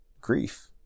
grief